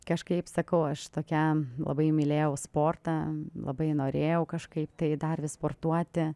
kažkaip sakau aš tokia labai mylėjau sportą labai norėjau kažkaip tai dar vis sportuoti